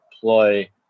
play